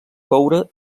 coure